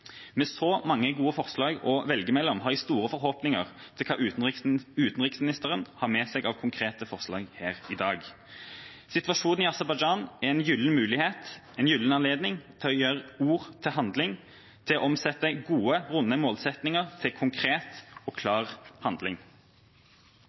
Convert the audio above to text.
Med så mange gode forslag å velge mellom har jeg store forhåpninger til hva utenriksministeren har med seg av konkrete forslag her i dag. Situasjonen i Aserbajdsjan er en gyllen anledning til å gjøre ord til handling, til å omsette gode, runde målsettinger til konkret og klar handling.